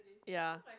ya